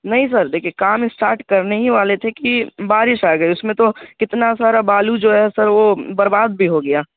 نہیں سر دیکھیے کام اسٹارٹ کرنے ہی والے تھے کہ بارش آ گئی اس میں تو کتنا سارا بالو جو ہے سر وہ برباد بھی ہو گیا